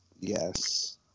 Yes